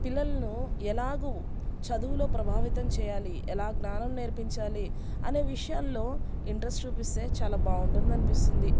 పిల్లల్లను ఎలాగూ చదువులో ప్రభావితం చెయ్యాలి ఎలా జ్ఞానం నేర్పించాలి అనే విషయాల్లో ఇంట్రెస్ట్ చూపిస్తే చాలా బాగుంటుందనిపిస్తుంది